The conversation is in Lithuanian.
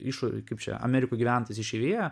išorėj kaip čia amerikoj gyventojai išeivija